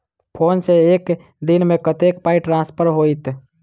Phone सँ एक दिनमे कतेक पाई ट्रान्सफर होइत?